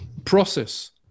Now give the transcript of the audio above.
process